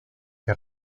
que